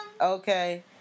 Okay